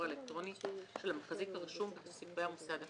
האלקטרוני של המחזיק הרשום בספרי המוסד הפיננסי."